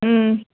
ਹੂੰ